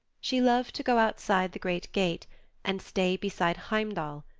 she loved to go outside the great gate and stay beside heimdall,